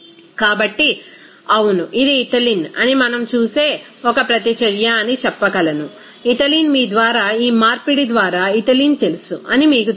కాబట్టి అవును ఇది ఇథిలీన్ అని మనం చూసే ఒక ప్రతిచర్య అని చెప్పగలను ఇథిలీన్ మీ ద్వారా ఈ మార్పిడి ద్వారా ఇథిలీన్ తెలుసు అని మీకు తెలుసు